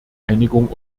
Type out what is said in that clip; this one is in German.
einigung